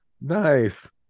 nice